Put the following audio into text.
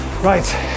right